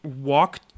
walk